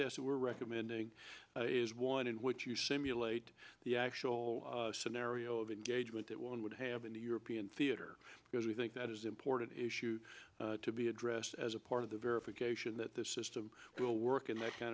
test we're recommending is one in which you simulate the actual scenario of engagement that one would have in the european theater because we think that is important issues to be addressed as a part of the verification that the system will work in that kind